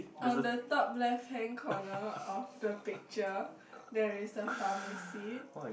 on the top left hand corner of the picture there is a pharmacy